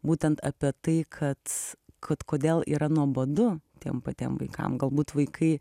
būtent apie tai kad kad kodėl yra nuobodu tiem patiem vaikam galbūt vaikai